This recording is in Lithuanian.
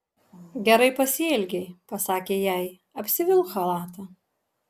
gerai pasielgei pasakė jai apsivilk chalatą